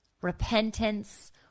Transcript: repentance